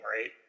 right